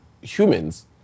humans